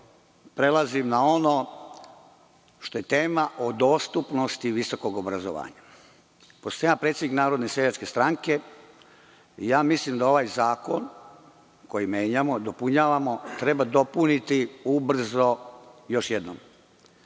citiram. Prelazim na ono što je tema o dostupnosti visokog obrazovanja. Pošto sam ja predsednik Narodne seljačke stranke, ja mislim da ovaj zakon koji menjamo, dopunjavamo treba dopuniti ubrzo još jednim.